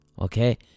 Okay